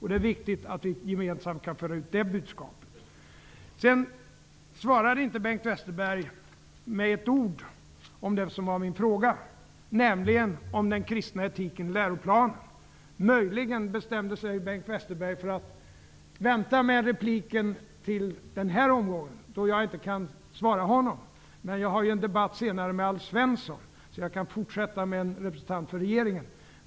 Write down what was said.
Det är viktigt att vi gemensamt kan föra ut det budskapet. Bengt Westerberg svarade inte med ett ord på min fråga om den kristna etiken i läroplanen. Möjligen bestämde sig Bengt Westerberg för att vänta med repliken till den här omgången, då jag inte kan svara honom. Men jag kommer att debattera med Alf Svensson senare, då kan jag fortsätta diskussionen med en representant för regeringen.